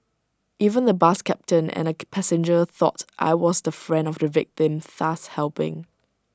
even the bus captain and A passenger thought I was the friend of the victim thus helping